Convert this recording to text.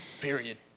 period